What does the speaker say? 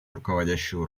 руководящую